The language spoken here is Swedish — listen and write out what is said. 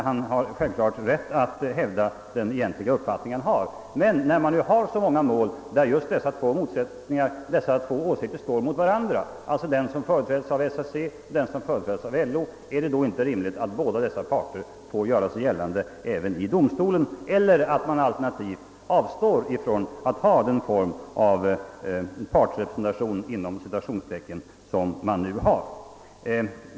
Han har givetvis rätt att hävda den uppfattning han har. Men när det är så många mål där just dessa två åsikter står mot varandra — den som företräds av SAC och den som företräds av LO -- är det då inte rimligt att dessa båda parter får göra sig gällande även i domstolen eller att man alternativt avstår från den form av »partsrepresentation» som man nu har?